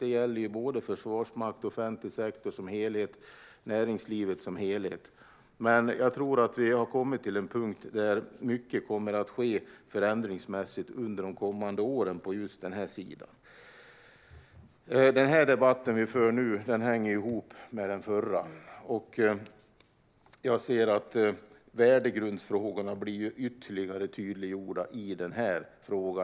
Det gäller såväl Försvarsmakten som den offentliga sektorn och näringslivet som helhet. Jag tror dock att vi har kommit till en punkt där mycket kommer att ske förändringsmässigt under de kommande åren på den här sidan. Den debatt vi för nu hänger ju ihop med den föregående interpellationsdebatten. Värdegrundsfrågorna blir ytterligare tydliggjorda i just denna fråga.